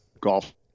golf